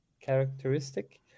characteristic